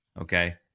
Okay